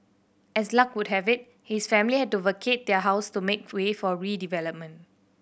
as luck would have it his family had to vacate their house to make way for redevelopment